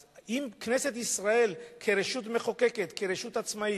אז אם כנסת ישראל, כרשות מחוקקת, כרשות עצמאית,